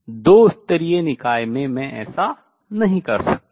तो दो स्तरीय निकाय में मैं ऐसा नहीं कर सकता